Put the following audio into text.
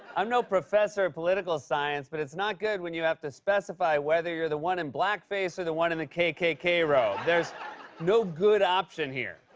i'm no professor of political science, but it's not good when you have to specify whether you're the one in blackface or the one in the kkk robe. there's no good option here.